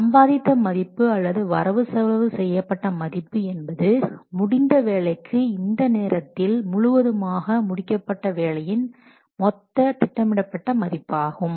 சம்பாதித்த மதிப்பு அல்லது வரவு செலவு செய்யப்பட்ட மதிப்பு என்பது முடிந்த வேலைக்கு இந்த நேரத்தில் முழுவதுமாக முடிக்கப்பட்ட வேலையின் மொத்த திட்டமிடப்பட்ட மதிப்பாகும்